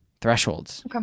Thresholds